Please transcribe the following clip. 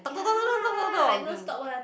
ya like non stop one